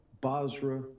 Basra